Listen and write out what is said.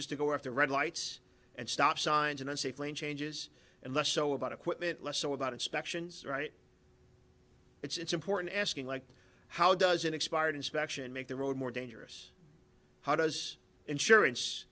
just to go after red lights and stop signs in unsafe lane changes and less so about equipment less so about inspections right it's important asking like how does an expired inspection make the road more dangerous how does insurance